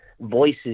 voices